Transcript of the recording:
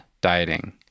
dieting